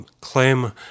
claim